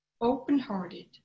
open-hearted